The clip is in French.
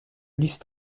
ulysse